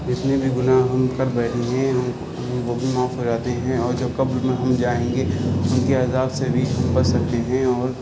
جتنے بھی گناہ ہم کر بیٹھے ہیں وہ بھی معاف ہو جاتے ہیں اور جب قبر میں ہم جائیں گے ان کے عذاب سے بھی ہم بچ سکتے ہیں اور